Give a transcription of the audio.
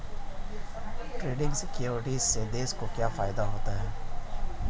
Trading securities से देश को क्या फायदा होता है?